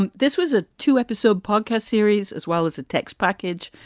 and this was a two episode podcast series as well as a text package.